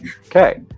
okay